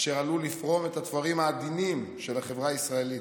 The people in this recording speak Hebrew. אשר עלול לפרום את התפרים העדינים של החברה הישראלית.